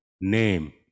name